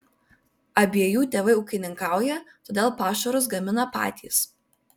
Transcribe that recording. abiejų tėvai ūkininkauja todėl pašarus gamina patys